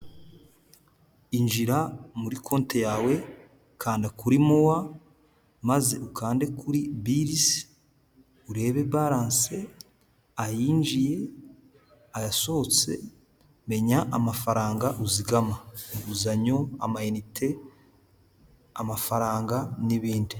Injira muri konti yawe, kanda kuri mowa maze ukande kuri bilizi, urebe baranse ayinjiye, ayasohotse, menya amafaranga uzigama: inguzanyo, ama inite, amafaranga n'ibindi.